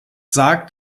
sagt